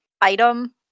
item